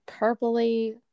purpley